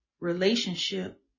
relationship